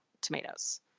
tomatoes